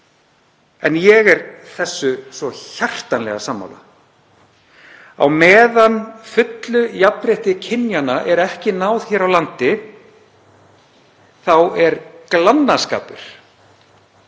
en ég er þessu svo hjartanlega sammála. Á meðan fullu jafnrétti kynjanna er ekki náð hér á landi þá er glannaskapur